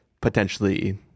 potentially